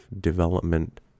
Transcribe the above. development